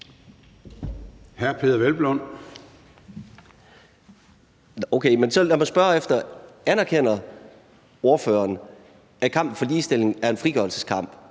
16:36 Peder Hvelplund (EL): Okay, men så lad mig spørge: Anerkender ordføreren, at kampen for ligestilling er en frigørelseskamp,